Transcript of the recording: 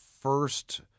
first